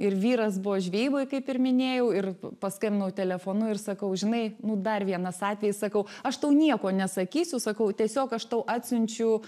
ir vyras buvo žvejyboj kaip ir minėjau ir paskambinau telefonu ir sakau žinai nu dar vienas atvejis sakau aš tau nieko nesakysiu sakau tiesiog aš tau atsiunčiu